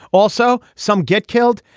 also some get killed.